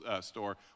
store